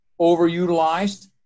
overutilized